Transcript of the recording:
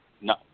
No